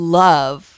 love